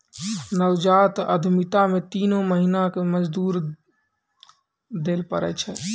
नवजात उद्यमिता मे तीन महीना मे मजदूरी दैल पड़ै छै